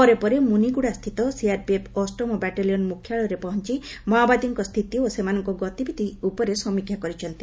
ପରେପରେ ମୁନିଗୁଡ଼ାସ୍ସିତ ସିଆର୍ପିଏଫ୍ ଅଷ୍ଟମ ବାଟାଲିୟନ୍ ମୁଖ୍ୟାଳୟରେ ପହଞ୍ ମାଓମାଦୀଙ୍କ ସ୍ଥିତି ଓ ସେମାନଙ୍କ ଗତିବିଧି ଉପରେ ସମୀକ୍ଷା କରିଛନ୍ତି